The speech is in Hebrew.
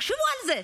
תחשבו על זה.